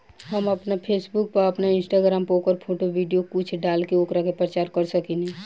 हम आपना फेसबुक पर, आपन इंस्टाग्राम पर ओकर फोटो, वीडीओ कुल डाल के ओकरा के प्रचार कर सकेनी